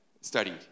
studied